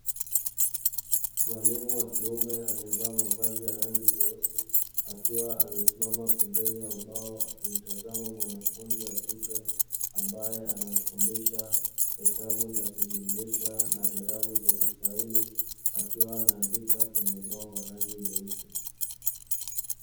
Mwalimu wa kiume aliyevaa mavazi ya rangi nyeusi, akiwa amesimama pembeni ya ubao akimtazama mwanafunzi wa kike, ambaye anamfundisha hesabu za kujumlisha na irabu za kiswahili. Akiwa anaandika kwenye ubao wa rangi nyeusi.